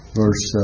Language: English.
verse